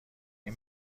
این